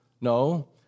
No